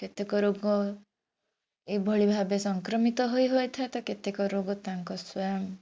କେତେକ ରୋଗ ଏଭଳି ଭାବେ ସଂକ୍ରମିତ ହୋଇ ହୋଇଥାଏ ତ କେତେକ ରୋଗ ତାଙ୍କ ସ୍ଵୟଂ